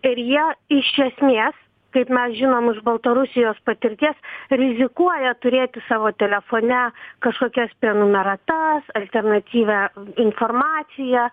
ir jie iš esmės kaip mes žinom iš baltarusijos patirties rizikuoja turėti savo telefone kažkokias prenumeratas alternatyvią informaciją